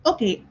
Okay